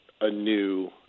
anew